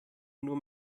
nur